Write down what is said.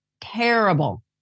Terrible